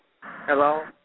Hello